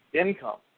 income